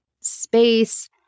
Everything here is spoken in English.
space